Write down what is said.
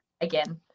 again